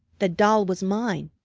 the doll was mine.